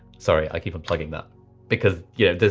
sorry, i keep on plugging that because yeah,